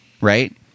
right